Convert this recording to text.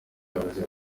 yavuze